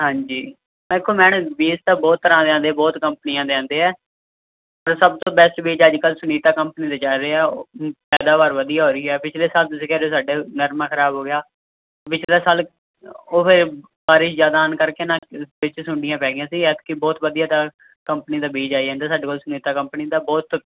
ਹਾਂਜੀ ਦੇਖੋ ਮੈਡਮ ਬੀਜ ਤਾਂ ਬਹੁਤ ਤਰ੍ਹਾਂ ਦੇ ਆਉਂਦੇ ਬਹੁਤ ਕੰਪਨੀਆਂ ਦੇ ਆਉਂਦੇ ਹੈ ਅਤੇ ਸਭ ਤੋਂ ਬੈਸਟ ਬੀਜ ਅੱਜ ਕੱਲ੍ਹ ਸੁਨੀਤਾ ਕੰਪਨੀ ਦੇ ਚੱਲ ਰਿਹਾ ਪੈਦਾਵਾਰ ਵਧੀਆ ਹੋ ਰਹੀ ਹੈ ਪਿਛਲੇ ਸਾਲ ਤੁਸੀਂ ਕਹਿ ਰਹੇ ਸਾਡੇ ਨਰਮਾ ਖ਼ਰਾਬ ਹੋ ਗਿਆ ਪਿਛਲਾ ਸਾਲ ਉਹ ਫਿਰ ਬਾਰਿਸ਼ ਜ਼ਿਆਦਾ ਆਉਣ ਕਰਕੇ ਨਾ ਵਿੱਚ ਸੁੰਡੀਆਂ ਪੈ ਗਈਆਂ ਸੀ ਐਤਕੀ ਬਹੁਤ ਵਧੀਆ ਕੰਪਨੀ ਦਾ ਬੀਜ ਆਈ ਜਾਂਦਾ ਸਾਡੇ ਕੋਲ ਸੁਨੀਤਾ ਕੰਪਨੀ ਦਾ ਬਹੁਤ